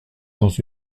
dans